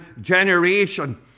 generation